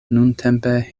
nuntempe